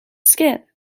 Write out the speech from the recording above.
skin